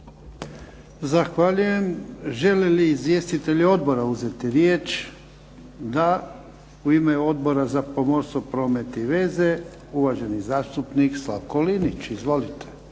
Zahvaljujem. Žele li izvjestitelji odbora uzeti riječ? Da. U ime Odbora za pomorstvo, promet i veze, uvaženi zastupnik Slavko Linić. Izvolite,.